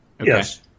Yes